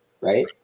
right